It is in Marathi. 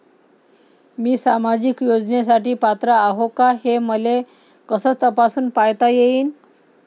मी सामाजिक योजनेसाठी पात्र आहो का, हे मले कस तपासून पायता येईन?